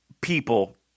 people